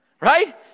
right